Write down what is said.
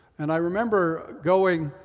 and i remember going